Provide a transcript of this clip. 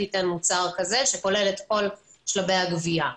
תיתן מוצר כזה שכולל את כל שלבי הגבייה.